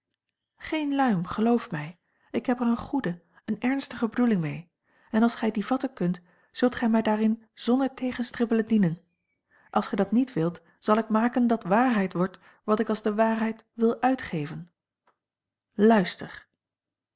geen luim geloof mij ik heb er eene goede eene ernstige bedoeling mee en als gij die vatten kunt zult gij mij daarin zonder tegenstribbelen dienen als gij dat niet wilt zal ik maken dat waarheid wordt wat ik als de waarheid wil uitgeven luister